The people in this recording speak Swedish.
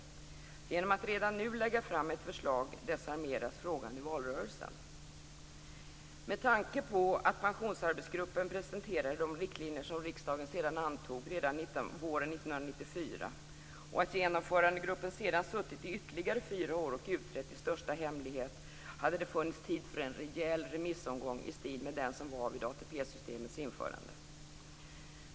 Han säger att genom att redan nu lägga fram ett förslag desarmeras frågan i valrörelsen. Med tanke på att pensionsarbetsgruppen presenterade de riktlinjer som riksdagen sedan antog redan våren 1994 och att genomförandegruppen sedan suttit i ytterligare fyra år och utrett i största hemlighet, hade det funnits tid för en rejäl remissomgång i stil med den som var vid ATP-systemets införande.